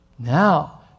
Now